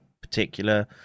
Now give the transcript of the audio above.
particular